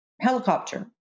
helicopter